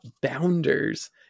Bounders